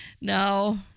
No